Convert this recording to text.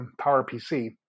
PowerPC